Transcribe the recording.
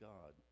God